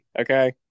okay